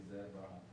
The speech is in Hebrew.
להיזהר.